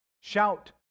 Shout